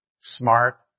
Smart